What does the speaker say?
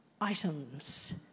items